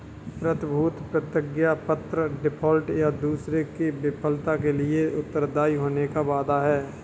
प्रतिभूति प्रतिज्ञापत्र डिफ़ॉल्ट, या दूसरे की विफलता के लिए उत्तरदायी होने का वादा है